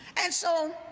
and so